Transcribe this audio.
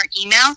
email